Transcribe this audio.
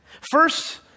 First